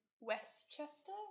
Westchester